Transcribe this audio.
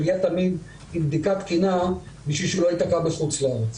יגיע תמיד עם בדיקה תקינה כדי שלא ייתקע בחוץ לארץ.